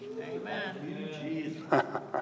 Amen